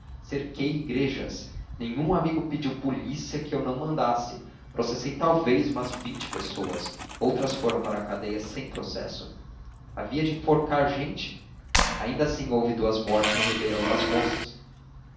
cerquei igrejas nenhum amigo pediu polícia que eu não mandasse processei talvez umas vinte pessoas outras foram para a cadeia sem processo havia de enforcar gente ainda assim houve duas mortes no ribeirão das moças